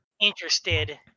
interested